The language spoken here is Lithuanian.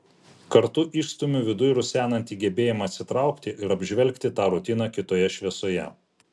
kartu išstumiu viduj rusenantį gebėjimą atsitraukti ir apžvelgti tą rutiną kitoje šviesoje